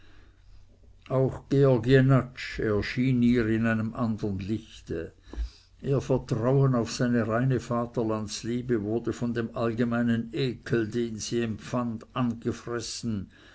auch georg jenatsch erschien ihr in einem andern lichte ihr vertrauen auf seine reine vaterlandsliebe wurde von dem allgemeinen ekel den sie empfand angefressen